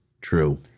True